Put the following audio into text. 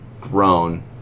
grown